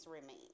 remain